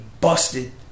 busted